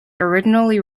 originally